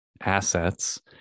assets